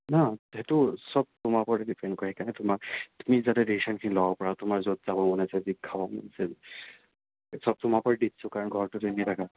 নহয় সেইটো চব তোমাৰ ওপৰতে ডিপেণ্ড কৰে সেইকাৰণে তোমাক তুমি যাতে ডিচিশ্যনখিনি ল'ব পাৰা তোমাৰ য'ত যাব মন আছে যি খাব মন আছে চব তোমাৰ ওপৰত দি দিছোঁ কাৰণ ঘৰততো এনেই থাকা